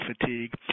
fatigue